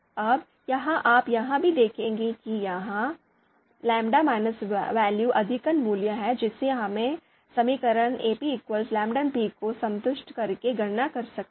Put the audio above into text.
अब यहां आप यह भी देखेंगे कि यह λ value अधिकतम मूल्य है जिसे हम समीकरण Ap λp को संतुष्ट करके गणना कर सकते हैं